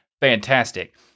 fantastic